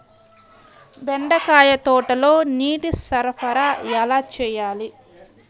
బెండకాయ తోటలో నీటి సరఫరా ఎలా చేయాలి?